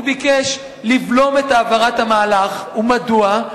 הוא ביקש לבלום את העברת המהלך, ומדוע?